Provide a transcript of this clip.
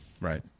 Right